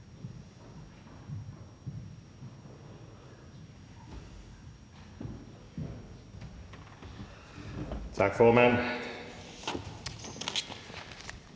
op, for at man